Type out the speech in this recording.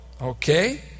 okay